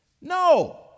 No